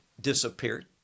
disappeared